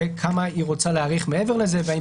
להחליט כמה היא רוצה להאריך מעבר לזה והאם